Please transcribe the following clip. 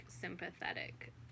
sympathetic